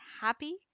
happy